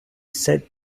said